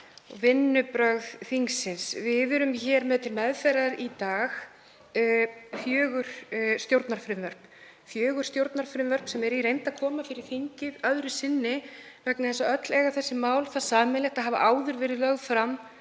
vinnubrögð þingsins. Við erum með til meðferðar í dag fjögur stjórnarfrumvörp, sem eru í reynd að koma fyrir þingið öðru sinni vegna þess að öll eiga þessi mál það sameiginlegt að hafa áður verið lögð fram